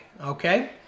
okay